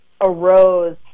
arose